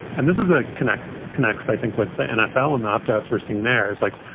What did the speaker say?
and this is a connect connects, i think, with the nfl and opt outs we're seeing there is like,